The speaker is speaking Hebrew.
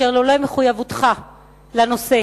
אשר לולא מחויבותך לנושא